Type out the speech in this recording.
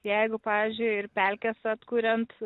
jeigu pavyzdžiui ir pelkes atkuriant